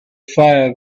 fire